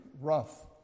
rough